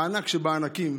הענק שבענקים,